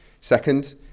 Second